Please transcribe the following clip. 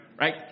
Right